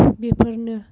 बेफोरनो